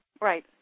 Right